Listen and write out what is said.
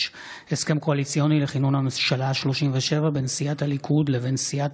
הסכם קואליציוני לכינון הממשלה השלושים-ושבע בין סיעת הליכוד לבין סיעת